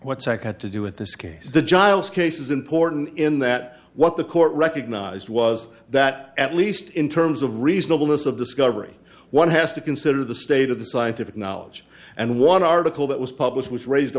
what's that got to do with this case the giles case is important in that what the court recognized was that at least in terms of reasonableness of discovery one has to consider the state of the scientific knowledge and one article that was published which raised